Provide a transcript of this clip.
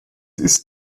ist